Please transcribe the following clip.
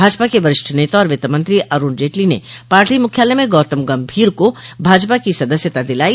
भाजपा के वरिष्ठ नेता और वित्त मंत्री अरूण जेटली ने पार्टी मुख्यालय में गौतम गंभीर को भाजपा की सदस्यता दिलायी